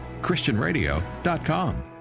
ChristianRadio.com